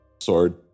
sword